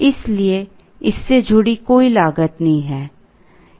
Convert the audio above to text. इसलिए इससे जुड़ी कोई लागत नहीं है